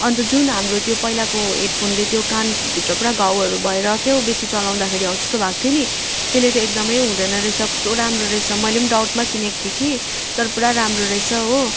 अन्त जुन हाम्रो त्यो पहिलाको हेडफोनले त्यो कानभित्र पुरा घाउहरू भएर के हो बेसी चलाउँदा फेरि हो त्यस्तो भएको थियो नि त्यसले त एकदम हुँदैन रहेछ कस्तो राम्रो रहेछ मैले डाउटमा किनेको थिएँ कि तर पुरा राम्रो रहेछ हो